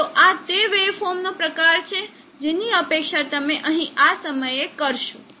તો આ તે વેવફોર્મનો પ્રકાર છે જેની અપેક્ષા તમે અહીં આ સમયે કરશો